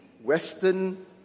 Western